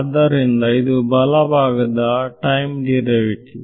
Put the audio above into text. ಆದ್ದರಿಂದ ಇದು ಬಲಭಾಗದ ಟೈಮ್ ಡಿರೈವೇಟಿವ್